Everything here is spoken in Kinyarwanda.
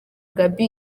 gaby